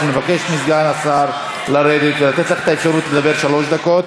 אנחנו נבקש מסגן השר לרדת ולתת לך את האפשרות לדבר שלוש דקות